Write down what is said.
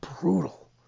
brutal